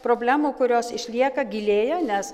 problemų kurios išlieka gilėja nes